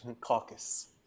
Caucus